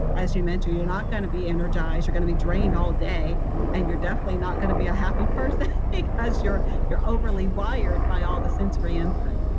as you mentioned, you're not going to be energized. you're going to be drained all day and you're definitely not going to be a happy person like because you're you're overly wired by all the sensory input.